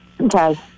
Okay